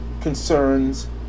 concerns